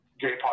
gay